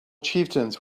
chieftains